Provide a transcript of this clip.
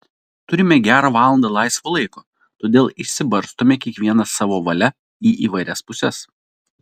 turime gerą valandą laisvo laiko todėl išsibarstome kiekvienas savo valia į įvairias puses